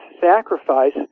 sacrifice